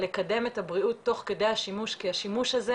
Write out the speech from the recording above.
כבר היום כל אחד מכם שייכנס לחנויות של מוצרי עישון,